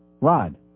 Rod